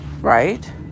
right